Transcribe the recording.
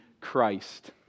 Christ